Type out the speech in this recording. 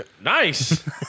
Nice